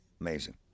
Amazing